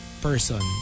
person